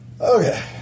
Okay